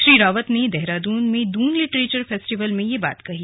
श्री रावत ने देहरादून में Doon literature festival में ये बात कही